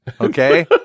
okay